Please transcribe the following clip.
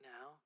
now